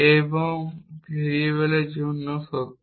এমন ভেরিয়েবলের জন্য সত্য